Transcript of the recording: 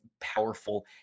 powerful